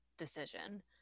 decision